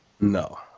No